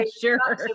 sure